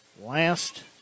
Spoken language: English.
last